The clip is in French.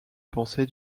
pensée